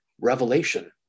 revelation